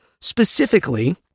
specifically